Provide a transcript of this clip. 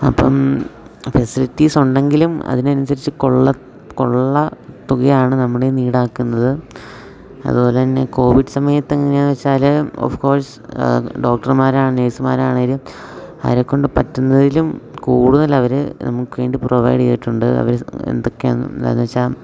അപ്പം ഫെസിലിറ്റീസുണ്ടെങ്കിലും അതിനനുസരിച്ച് കൊള്ള കൊള്ള തുകയാണ് നമ്മുടെകയ്യിൽനിന്ന് ഈടാക്കുന്നത് അതുപോലെതന്നെ കോവിഡ് സമയത്ത് എങ്ങനെയാണെന്നു വെച്ചാൽ ഓഫ് കോഴ്സ് ഡോക്ടർമാരാണ് നേഴ്സ്മാരാണെങ്കിലും അവരെക്കൊണ്ട് പറ്റുന്നതിലും കൂടുതൽ അവര് നമുക്കുവേണ്ടി പ്രൊവൈഡ് ചെയ്തിട്ടുണ്ട് അവർ എന്തൊക്കെയാണെന്ന് എന്താണെന്നു വെച്ചാൽ